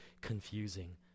confusing